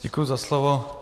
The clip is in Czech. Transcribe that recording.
Děkuji za slovo.